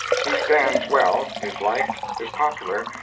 he stands well, is liked, is popular,